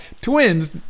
twins